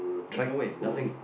there was no way nothing